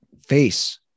face